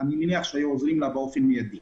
אני מניח שהיו עוזרים לה באופן מידי.